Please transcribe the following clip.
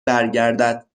برگردد